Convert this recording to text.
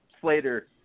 Slater